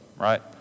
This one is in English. right